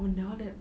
oh now that